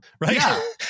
right